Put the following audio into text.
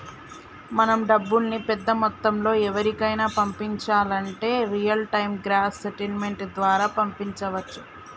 మనం డబ్బుల్ని పెద్ద మొత్తంలో ఎవరికైనా పంపించాలంటే రియల్ టైం గ్రాస్ సెటిల్మెంట్ ద్వారా పంపించవచ్చు